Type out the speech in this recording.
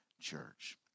Church